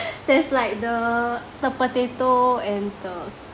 there's like the the potato and the